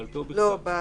בעל פה או בכתב".